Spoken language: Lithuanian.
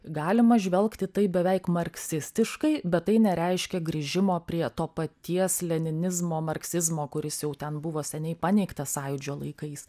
galima žvelgt į tai beveik marksistiškai bet tai nereiškia grįžimo prie to paties leninizmo marksizmo kuris jau ten buvo seniai paneigtas sąjūdžio laikais